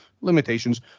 limitations